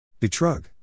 Betrug